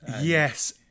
yes